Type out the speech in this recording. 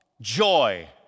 joy